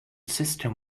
system